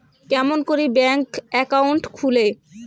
কেমন করি bank account খুলে?